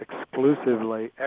exclusively